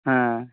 ᱦᱮᱸ